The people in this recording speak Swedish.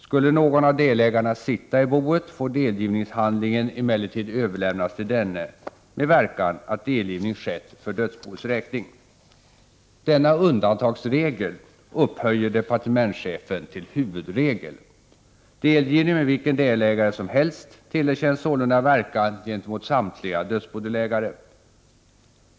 Skulle någon av delägarna ”sitta i boet” får delningshandlingen emellertid överlämnas till denne, med verkan att delgivning skett för dödsboets räkning. Denna undantagsregel upphöjer departementschefen till huvudregel. Delgivning med vilken delägare som helst tillerkännes sålunda verkan gentemot samtliga dödsbodelägare.